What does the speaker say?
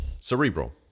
cerebral